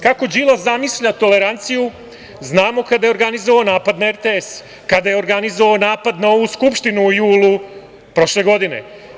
Kako Đilas zamišlja toleranciju znamo kada je organizovao napad na RTS, kada je organizovao na ovu Skupštinu u julu prošle godine.